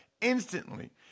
instantly